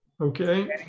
Okay